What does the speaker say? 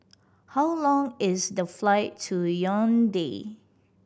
how long is the flight to Yaounde